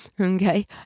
okay